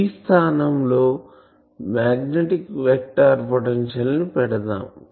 B స్థానం లో magnetic vector potential ని పెడదాం